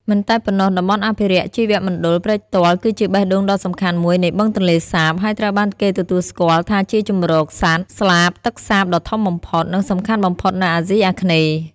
មិនតែប៉ុណ្ណោះតំបន់អភិរក្សជីវមណ្ឌល ព្រែកទាល់ គឺជាបេះដូងដ៏សំខាន់មួយនៃបឹងទន្លេសាប ហើយត្រូវបានគេទទួលស្គាល់ថាជាជម្រកសត្វ ស្លាបទឹកសាបដ៏ធំបំផុត និងសំខាន់បំផុតនៅអាស៊ីអាគ្នេយ៍។